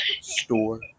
store